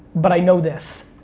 but i know this,